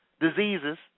diseases